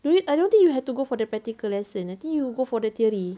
do you I don't think you have to go for their practical lesson I think you will go for the theory